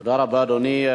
תודה רבה, אדוני.